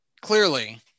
clearly